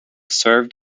served